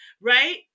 right